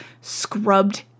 scrubbed